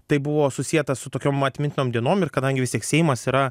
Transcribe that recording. tai buvo susieta su tokiom atmintinom dienom ir kadangi vis tiek seimas yra